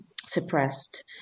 suppressed